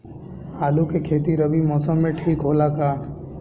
आलू के खेती रबी मौसम में ठीक होला का?